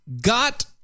got